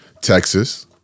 Texas